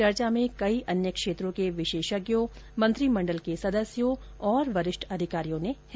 चर्चा में कई अन्य क्षेत्रों के विशेषज्ञों मंत्रिमंडल के सदस्यों और वरिष्ठ अधिकारियों ने हिस्सा लिया